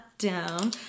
down